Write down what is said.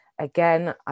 Again